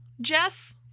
Jess